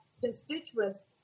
constituents